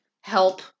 Help